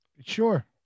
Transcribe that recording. Sure